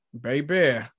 baby